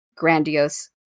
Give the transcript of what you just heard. grandiose